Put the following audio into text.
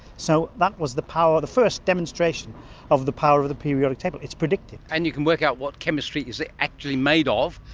so that was the power, the first demonstration of the power of the periodic table it is predictive. and you can work out what chemistry is actually made ah of,